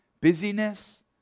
busyness